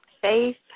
faith